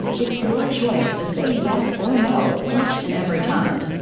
it's your choice to say yes or no, each and every time.